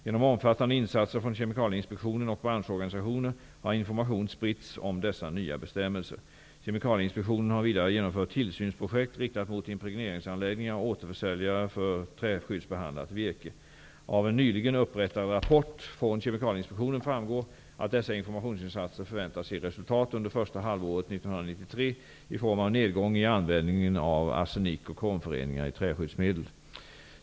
Genom omfattande insatser från Kemikalieinspektionen och branschorganisationer har information spritts om dessa nya bestämmelser. Kemikalieinspektionen har vidare genomfört tillsynsprojekt riktade mot impregneringsanläggningar och återförsäljare för träskyddsbehandlat virke. Av en nyligen upprättad rapport från Kemikalieinspektionen framgår att dessa informationsinsatser förväntas ge resultat under första halvåret 1993 i form av nedgång i användningen av arsenik och kromföreningar i träskyddsmedel.